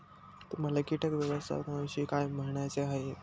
तुम्हाला किटक व्यवस्थापनाविषयी काय म्हणायचे आहे?